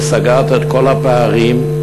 וסגרת את כל הפערים.